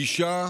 גישה